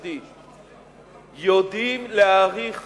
וה-OECD יודעים להעריך